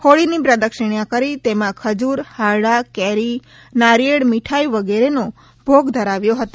હોળીની પ્રદક્ષિણા કરી તેમાં ખજૂર હારડા કેરી નારિયેળ મીઠાઇ વગેરેનો ભોગ ધરાવ્યો હતો